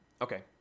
okay